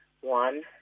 One